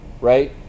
right